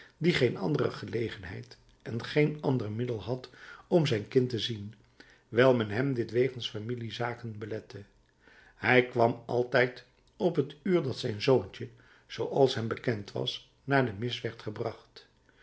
die geen andere gelegenheid en geen ander middel had om zijn kind te zien wijl men hem dit wegens familiezaken belette hij kwam altijd op het uur dat zijn zoontje zooals hem bekend was naar de mis werd gebracht